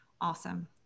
Awesome